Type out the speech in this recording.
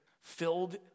filled